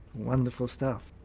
wonderful stuff.